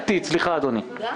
למה זה בא עכשיו?